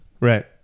Right